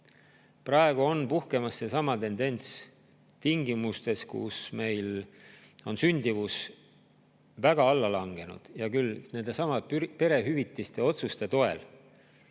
Praegu on puhkemas seesama tendents tingimustes, kus meil on sündimus väga alla langenud. Hea küll, nendesamade perehüvitiste otsuste toel,